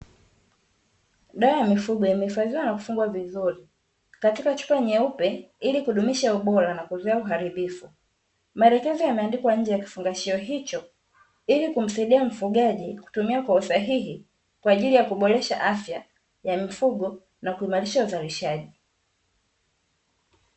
Dawa ya mifugo imehifadhiwa na kufungwa vizuri katika chupa nyeupe ili kudumisha ubora na kuzuia uharibifu, maelekezo yameandikwa nje ya kifungashio hicho ili kumsaidia mfugaji kutumia kwa usahihi kwa ajili ya kuboresha afya ya mifugo na kuimarisha uzalishaji.